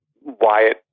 Wyatt